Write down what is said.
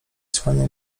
słania